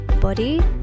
body